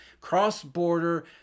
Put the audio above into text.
cross-border